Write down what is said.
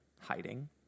hiding